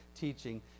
teaching